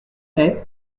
haies